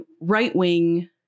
right-wing